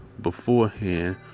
beforehand